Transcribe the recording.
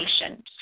patient